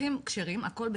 המסמכים כשרים הכול בסדר,